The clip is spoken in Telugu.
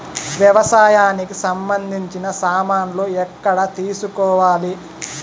వ్యవసాయానికి సంబంధించిన సామాన్లు ఎక్కడ తీసుకోవాలి?